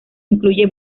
incluye